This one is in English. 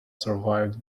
survived